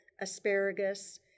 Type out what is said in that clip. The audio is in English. asparagus